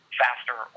faster